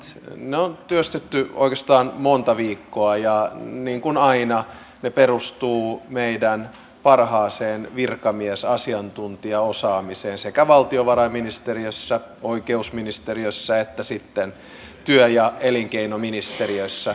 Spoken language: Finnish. niitä on työstetty oikeastaan monta viikkoa ja niin kuin aina ne perustuvat meidän parhaaseen virkamiesasiantuntijaosaamiseen sekä valtiovarainministeriössä oikeusministeriössä että sitten työ ja elinkeinoministeriössä